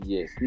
Yes